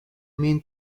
mean